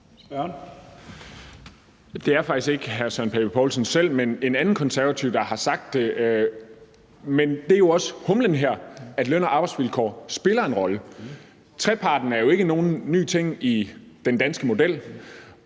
Det er faktisk ikke hr. Søren Pape Poulsen selv, men en anden konservativ, der har sagt det. Men det er jo også humlen her, at løn- og arbejdsvilkår spiller en rolle. Treparten er jo ikke nogen ny ting i den danske model,